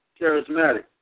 Charismatic